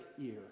ear